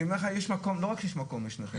אני אומר לך שלא רק שיש מקום לשניכם,